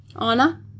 Anna